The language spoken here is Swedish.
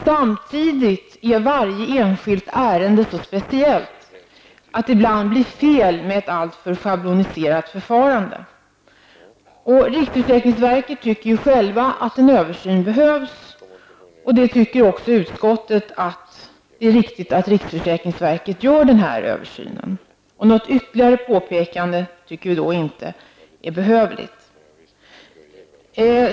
Samtidigt är varje enskilt ärende så speciellt, att det ibland blir fel med ett alltför schabloniserat förfarande. Riksförsäkringsverket tycker att en översyn behövs. Utskottet tycker att det är riktigt att riksförsäkringsverket gör en översyn. Något ytterligare påpekande tycker utskottet inte är behövligt.